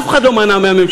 אף אחד לא מנע מהממשלה.